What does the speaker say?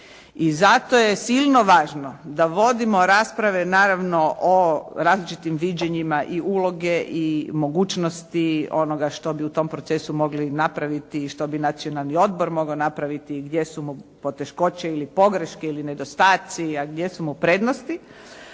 I zato je silno važno da vodimo rasprave naravno o različitim viđenjima i uloge i mogućnosti onoga što bi u tom procesu mogli napraviti i što bi Nacionalni odbor mogao napraviti, gdje su mu poteškoće ili pogreške ili nedostaci, a gdje su mu prednosti.